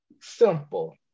Simple